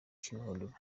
kimihurura